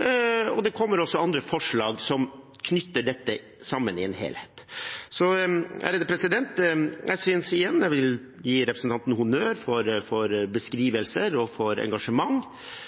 Det kommer også andre forslag som knytter dette sammen i en helhet. Så jeg vil igjen gi representanten honnør for beskrivelser og engasjement.